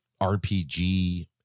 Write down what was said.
rpg